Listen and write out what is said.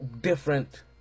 different